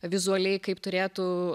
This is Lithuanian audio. vizualiai kaip turėtų